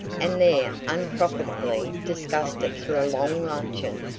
and there unprofitably discussed it through a long luncheon,